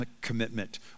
commitment